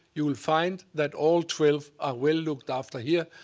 you will find that all twelve are well looked after here.